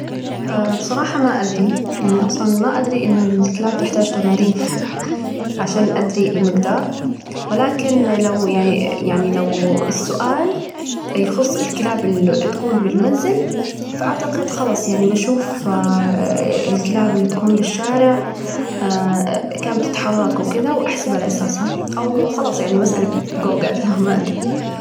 بصراحة ما أدري، يعني أصلاً ما أدري إنه الكلاب تحتاج تمارين عشان أدرى المجدار، ولكن لو يعني يعني لو السؤال يخص الكلاب اللي تكون بالمنزل، فأعتقد خلاص يعني بشوف الكلاب اللي تكون بالشارع ا، كم تتحرك وكده وأحسب على أساسها، أو خلاص يعني بسأل جوجل ما أدري.